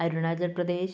Arunachal Pradesh